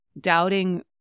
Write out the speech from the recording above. doubting